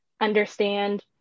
understand